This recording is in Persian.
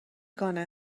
کنه